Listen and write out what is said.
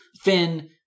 Finn